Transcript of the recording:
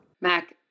Mac